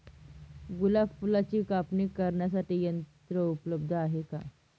गुलाब फुलाची कापणी करण्यासाठी यंत्र उपलब्ध आहे का?